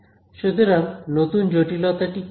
সুতরাং নতুন জটিলতা টি কি